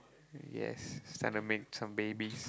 yes time to make some babies